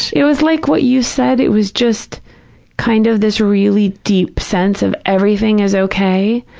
it was like what you said. it was just kind of this really deep sense of everything is okay,